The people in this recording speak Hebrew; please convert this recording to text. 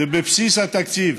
זה בבסיס התקציב.